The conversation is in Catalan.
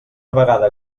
vegada